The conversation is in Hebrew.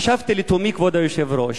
חשבתי לתומי, כבוד היושב-ראש,